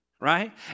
right